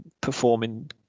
performing